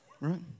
Right